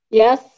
yes